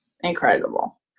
incredible